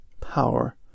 power